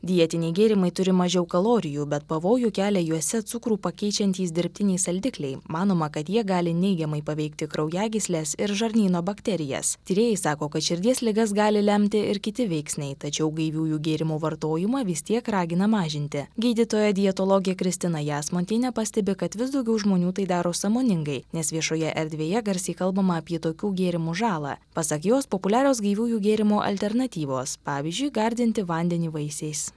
dietiniai gėrimai turi mažiau kalorijų bet pavojų kelia juose cukrų pakeičiantys dirbtiniai saldikliai manoma kad jie gali neigiamai paveikti kraujagysles ir žarnyno bakterijas tyrėjai sako kad širdies ligas gali lemti ir kiti veiksniai tačiau gaiviųjų gėrimų vartojimą vis tiek ragina mažinti gydytoja dietologė kristina jasmontienė pastebi kad vis daugiau žmonių tai daro sąmoningai nes viešoje erdvėje garsiai kalbama apie tokių gėrimų žalą pasak jos populiarios gaiviųjų gėrimų alternatyvos pavyzdžiui gardinti vandenį vaisiais